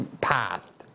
path